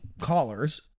callers